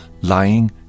lying